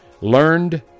Learned